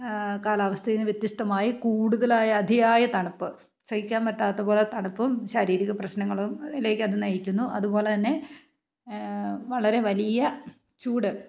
കാലാവസ്ഥയിൽനിന്ന് വ്യത്യസ്തമായി കൂടുതലായ അധിയായ തണുപ്പ് സഹിക്കാൻ പറ്റാത്തപോലെ തണുപ്പും ശാരീരിക പ്രശ്നങ്ങളും അതിലേക്കത് നയിക്കുന്നു അതുപോലെതന്നെ വളരെ വലിയ ചൂട്